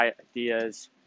ideas